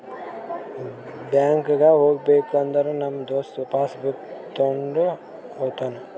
ಬ್ಯಾಂಕ್ಗ್ ಹೋಗ್ಬೇಕ ಅಂದುರ್ ನಮ್ ದೋಸ್ತ ಪಾಸ್ ಬುಕ್ ತೊಂಡ್ ಹೋತಾನ್